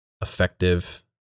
effective